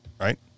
right